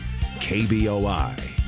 kboi